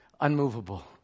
Unmovable